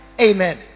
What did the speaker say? Amen